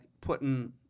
putting